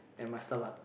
and my stomach